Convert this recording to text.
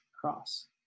cross